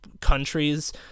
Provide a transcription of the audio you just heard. countries